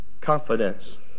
Confidence